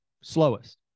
Slowest